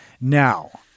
now